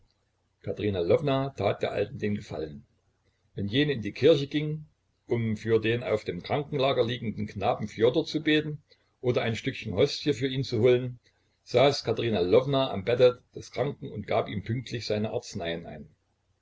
lwowna tat der alten den gefallen wenn jene in die kirche ging um für den auf dem krankenlager liegenden knaben fjodor zu beten oder ein stückchen hostie für ihn zu holen saß katerina lwowna am bette des kranken und gab ihm pünktlich seine arzneien ein